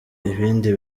ibindi